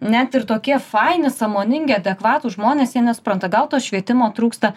net ir tokie faini sąmoningi adekvatūs žmonės jie nesupranta gal to švietimo trūksta